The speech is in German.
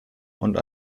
und